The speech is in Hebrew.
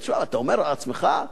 ואתה אומר לעצמך,